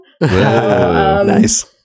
Nice